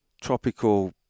tropical